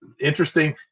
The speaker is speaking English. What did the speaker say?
interesting